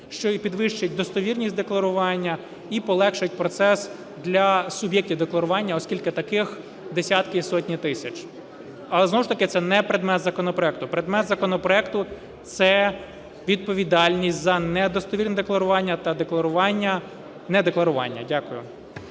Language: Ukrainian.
що і підвищить достовірність декларування, і полегшить процес для суб'єктів декларування, оскільки таких десятки і сотні тисяч. Але знову ж таки це не предмет законопроекту. Предмет законопроекту – це відповідальність за недостовірне декларування та недекларування. Дякую.